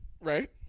right